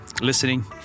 listening